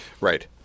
Right